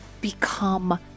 become